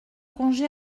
congé